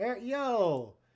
Yo